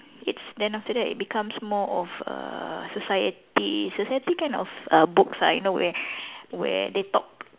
it's then after that it becomes more of err society society kind of uh books ah you know where where they talk